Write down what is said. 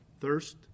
thirst